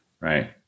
right